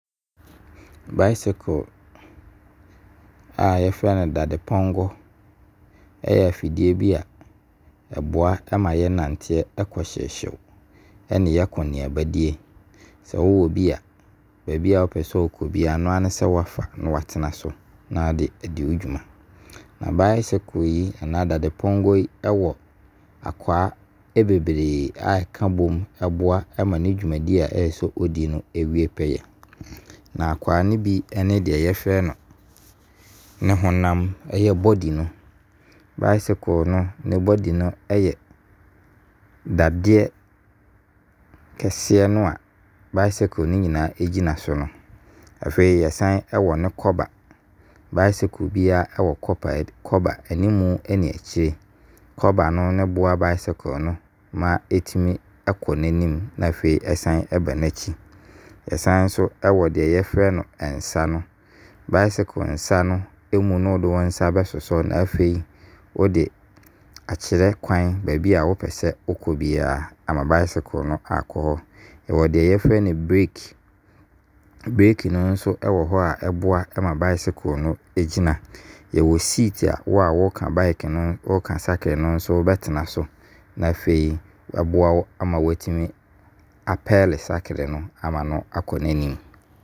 Bicycle a yɛfrɛ no dadepɔnkɔ ɛyɛ afidie bi a ɛboa ɛma yɛnanteɛ ɛkɔ hyewhyew ɛne yɛakɔneaba die. Sɛ wowɔ bi a baabi a wopɛ sɛ wokɔ biara no noa ne sɛ wo afa na wɔatena so na wo de adi wo dwuma. Na bicycle yi anaa dadepɔnkɔ yi ɛwɔ akwaa ɛbebree ɛka bom ɛboa ma ne dwumadie a ɛsɛ sɛ ɔdi no wie pɛyɛ. N'akwaa no bi ne deɛ yɛfrɛ no ne honam ɛyɛ body no. Bicycle no ne body no yɛ dadeɛ kɛseɛ no a bicycle no nyinaa gyina so no. Afei yɛsane wɔ ne kɔba. Bicycle biara wɔ kɔba animu ne akyire. Kɔba no ne boa bicycle no ma ɛtumi ɛkɔ n'anim na afei ɛsane ba n'akyi. Yɛsane nso wɔ deɛ yɛfrɛ no nsa no. Bicycle nsa no mu na wode wo nsa bɛsosɔ na afei wode akyerɛ kwan baabi a wo pɛ sɛ wo kɔ biara ama bicycle no akɔ hɔ. Yɛwɔ deɛ yɛfrɛ no brake. Brake no nso ɛwɔ hɔ a ɛboa ma bicycle no ɛgyina. Yɛwɔ seat a wo a wo ka bike no wo ka bicycle no wobɛtena so. Na afei aboa wo ama woatumi apelle bicycle no ama no akɔ n'anim.